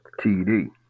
TD